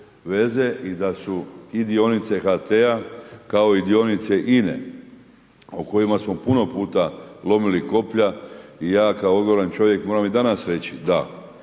veze i da su i dionice HT-a kao i dionice INA-e o kojima smo puno puta lomili koplja i ja kao …/Govornik se ne razumije./… čovjek moram i danas reći da